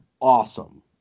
awesome